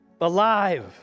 Alive